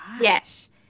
Yes